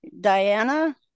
diana